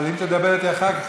אבל אם תדבר איתי אחר כך,